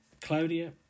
claudia